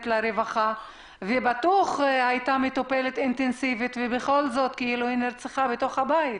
לרווחה ובטוח הייתה מטופלת אינטנסיבית ובכל זאת היא נרצחה בתוך הבית.